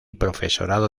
profesorado